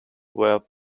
were